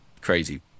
crazy